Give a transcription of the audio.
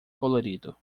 colorido